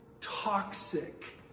toxic